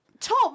Tom